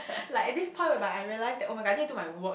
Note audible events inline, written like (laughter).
(breath) like at this point whereby I realise that [oh]-my-god I need to my work